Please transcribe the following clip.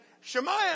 Shemaiah